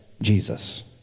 Jesus